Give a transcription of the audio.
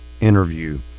interview